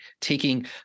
taking